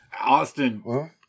Austin